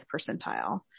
percentile